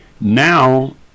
now